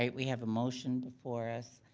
um we have a motion before us,